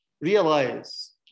Realize